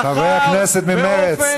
חברי הכנסת ממרצ,